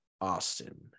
Austin